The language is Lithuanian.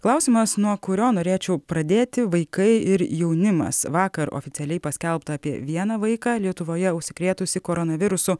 klausimas nuo kurio norėčiau pradėti vaikai ir jaunimas vakar oficialiai paskelbta apie vieną vaiką lietuvoje užsikrėtusį koronavirusu